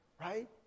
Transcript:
right